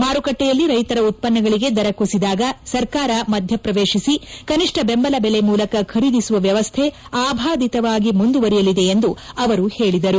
ಮಾರುಕಟ್ಲೆಯಲ್ಲಿ ರೈತರ ಉತ್ಪನ್ನಗಳಿಗೆ ದರ ಕುಸಿದಾಗ ಸರ್ಕಾರ ಮಧ್ಯ ಪ್ರವೇಶಿಸಿ ಕನಿಷ್ವ ಬೆಂಬಲ ಬೆಲೆ ಮೂಲಕ ಖರೀದಿಸುವ ವ್ಯವಸ್ಥೆ ಅಭಾದಿತವಾಗಿ ಮುಂದುವರಿಯಲಿದೆ ಎಂದು ಅವರು ಹೇಳಿದರು